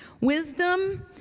Wisdom